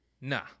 Nah